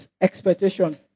expectation